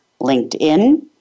LinkedIn